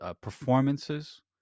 performances